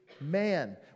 man